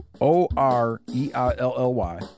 O-R-E-I-L-L-Y